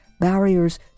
barriers